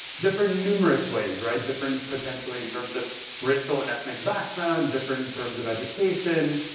different numerous ways, right? different potentially in terms of racial and ethnic background, different in terms of education,